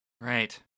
Right